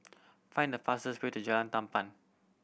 find the fastest way to Jalan Tamban